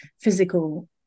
physical